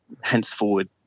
henceforward